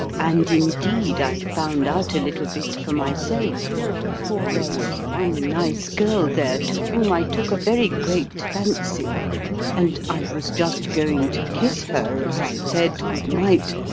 and, indeed, i found out a little bit for myself for there was one nice girl there, to whom i took a very great fancy and i was just going to kiss her as i said good-night,